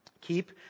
Keep